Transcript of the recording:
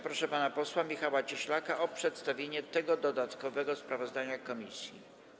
Proszę pana posła Michała Cieślaka o przedstawienie tego dodatkowego sprawozdania komisji.